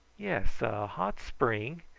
yes, a hot spring,